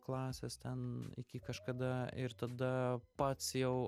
klasės ten iki kažkada ir tada pats jau